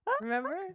Remember